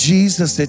Jesus